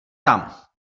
tam